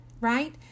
right